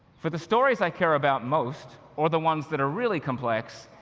for the stories i care about most, or the ones that are really complex,